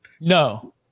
No